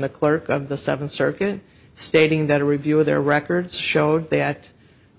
the clerk of the seventh circuit stating that a review of their records showed that